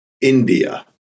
India